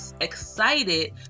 excited